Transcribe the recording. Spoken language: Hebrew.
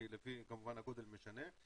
כי הגודל משנה.